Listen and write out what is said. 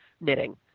knitting